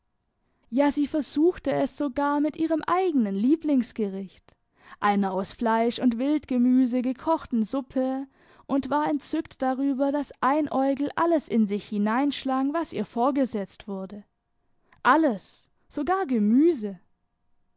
ja sie versuchte es sogar mit ihrem eigenen lieblingsgericht einer aus fleisch und wildgemüse gekochten suppe und war entzückt darüber daß einäugel alles in sich hineinschlang war ihr vorgesetzt wurde alles sogar gemüse